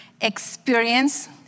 Experience